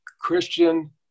Christian